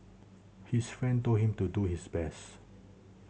his friend told him to do his best